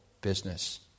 business